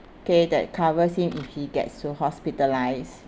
okay that covers him if he gets hospitalised